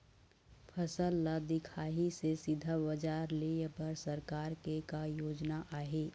फसल ला दिखाही से सीधा बजार लेय बर सरकार के का योजना आहे?